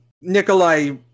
Nikolai